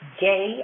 gay